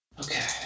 Okay